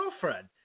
girlfriend